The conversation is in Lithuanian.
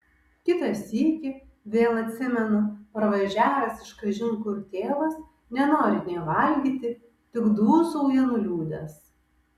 kitą sykį vėl atsimenu parvažiavęs iš kažin kur tėvas nenori nė valgyti tik dūsauja nuliūdęs